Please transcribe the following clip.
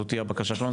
זאת תהיה הבקשה שלנו,